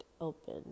open